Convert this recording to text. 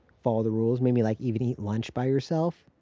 follow the rules. maybe like even eat lunch by yourself.